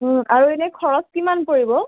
আৰু এনেই খৰচ কিমান পৰিব